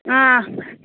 ஆ